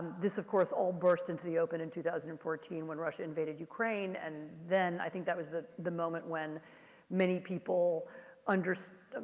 this, of course, all burst into the open in two thousand and fourteen when russia invaded ukraine, and then, i think that was the the moment when many people under,